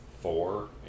four